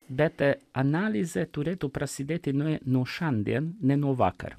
bet analizė turėtų prasidėti nuo šiandien ne nuo vakar